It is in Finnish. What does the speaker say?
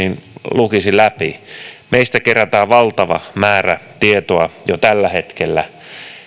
lukisi läpi meistä kerätään valtava määrä tietoa jo tällä hetkellä